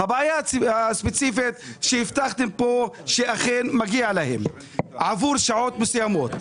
הבעיה הספציפית היא שהבטחתם כאן שאכן מגיע להם עבור שעות מסוימות.